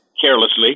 carelessly